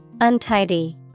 Untidy